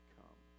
come